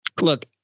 Look